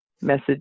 message